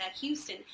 Houston